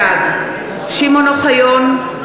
בעד שמעון אוחיון,